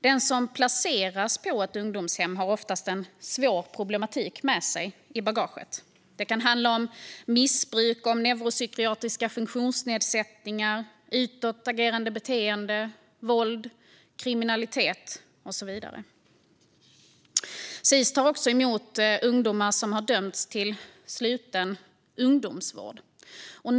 Den som placeras på ett ungdomshem har oftast svåra problem med sig i bagaget. Det kan handla om missbruk, om neuropsykiatriska funktionsnedsättningar, utåtagerande beteende, våld, kriminalitet och så vidare. Sis tar också emot ungdomar som har dömts till sluten ungdomsvård.